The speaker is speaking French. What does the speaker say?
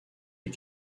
les